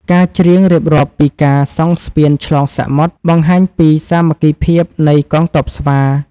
ការច្រៀងរៀបរាប់ពីការសង់ស្ពានឆ្លងសមុទ្រ បង្ហាញពីសាមគ្គីភាពនៃកងទ័ពស្វា។